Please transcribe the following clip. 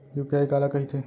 UPI काला कहिथे?